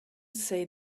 say